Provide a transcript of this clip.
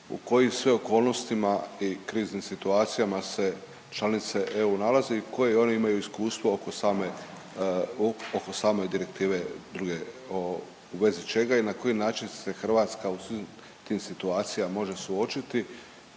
u kojim sve okolnostima i kriznim situacijama se članice EU nalaze i koje one imaju iskustvo oko same, oko same direktive druge o, u vezi čega i na koji način se Hrvatska u svim tim situacijama može suočiti